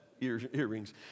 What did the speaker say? earrings